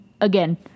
again